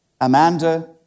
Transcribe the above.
Amanda